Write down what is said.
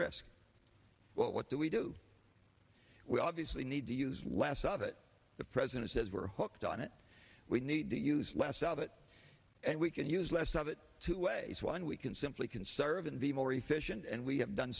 risk what do we do we obviously need to use less of it the president says we're hooked on it we need to use less of it and we can use less of it two ways one we can simply conserve and be more efficient and we have done